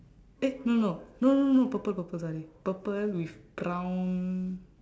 eh no no no no no purple purple sorry purple with brown